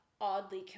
oddly